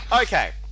Okay